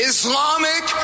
Islamic